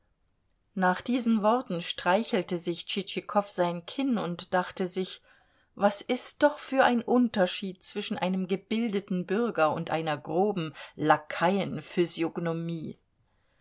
nach diesen worten streichelte sich tschitschikow sein kinn und dachte sich was ist doch für ein unterschied zwischen einem gebildeten bürger und einer groben